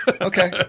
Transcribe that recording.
Okay